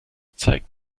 zeigt